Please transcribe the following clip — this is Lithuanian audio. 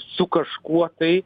su kažkuo tai